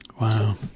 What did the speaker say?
Wow